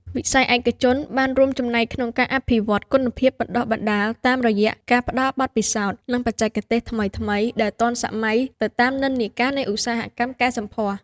វិស័យឯកជនបានរួមចំណែកក្នុងការអភិវឌ្ឍគុណភាពបណ្តុះបណ្តាលតាមរយៈការផ្តល់បទពិសោធន៍ និងបច្ចេកទេសថ្មីៗដែលទាន់សម័យទៅតាមនិន្នាការនៃឧស្សាហកម្មកែសម្ផស្ស។